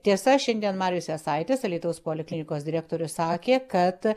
tiesa šiandien marius jasaitis alytaus poliklinikos direktorius sakė kad